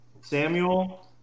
Samuel